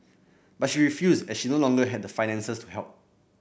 but she refused as she no longer had the finances to help